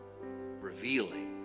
revealing